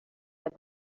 but